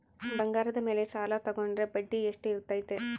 ಬಂಗಾರದ ಮೇಲೆ ಸಾಲ ತೋಗೊಂಡ್ರೆ ಬಡ್ಡಿ ಎಷ್ಟು ಇರ್ತೈತೆ?